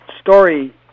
story